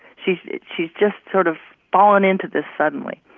she's she's just sort of fallen into this suddenly.